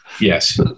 Yes